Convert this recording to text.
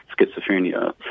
schizophrenia